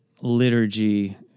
liturgy